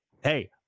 hey